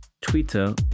Twitter